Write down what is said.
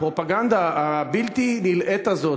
את הפרופגנדה הבלתי-נלאית הזאת,